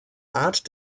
art